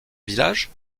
village